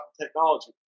technology